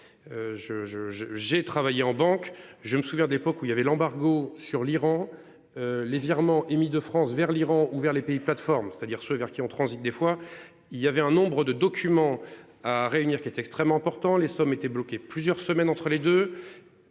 j'ai travaillé en banque je me souviens d'époque où il y avait l'embargo sur l'Iran. Les virements émis de France vers l'Iran ou vers les pays plateforme c'est-à-dire ceux vers qui ont transit des fois il y avait un nombre de documents à réunir qui est extrêmement important. Les sommes étaient bloqués plusieurs semaines entre les deux.